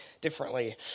differently